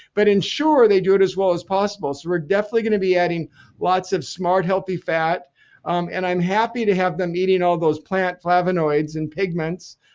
but ensure they do it as well as possible. we're definitely going to be adding lots of smart, healthy fat um and i'm happy to have them eating all those plant flavanoids and pigments.